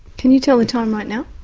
can you tell the time right now?